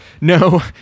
No